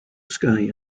sky